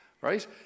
Right